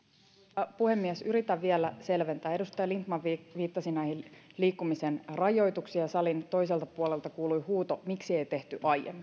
arvoisa puhemies yritän vielä selventää edustaja lindtman viittasi näihin liikkumisen rajoituksiin ja salin toiselta puolelta kuului huuto miksi ei tehty aiemmin